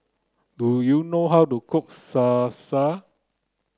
do you know how to cook Salsa